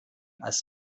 als